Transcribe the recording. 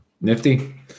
Nifty